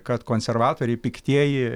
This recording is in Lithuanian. kad konservatoriai piktieji